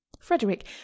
Frederick